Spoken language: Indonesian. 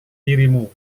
dirimu